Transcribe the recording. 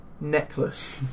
necklace